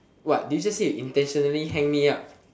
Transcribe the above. what did you just say you intentionally hang me up